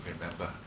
remember